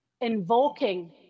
invoking